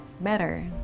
better